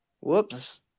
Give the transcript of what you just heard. Whoops